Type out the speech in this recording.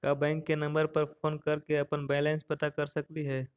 का बैंक के नंबर पर फोन कर के अपन बैलेंस पता कर सकली हे?